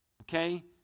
okay